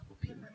people